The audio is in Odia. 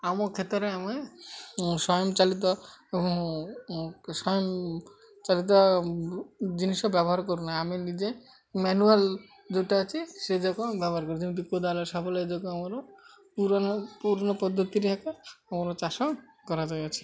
ଆମ କ୍ଷେତରେ ଆମେ ସ୍ୱୟଂ ଚାଳିତ ସ୍ୱୟଂ ଚାଳିତ ଜିନିଷ ବ୍ୟବହାର କରୁନା ଆମେ ନିଜେ ମ୍ୟାନୁଆଲ୍ ଯେଉଁଟା ଅଛି ସେ ଯାକ ବ୍ୟବହାର କରୁ ଯେମିତି କୋଦାଳ ଶାବଳ ଏ ଯକ ଆମର ପୁରନ ପୁରୁଣା ପଦ୍ଧତିରେଏକା ଆମର ଚାଷ କରାଯାଇଅଛି